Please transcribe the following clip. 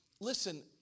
listen